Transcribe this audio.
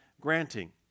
granting